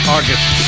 August